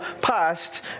past